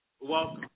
welcome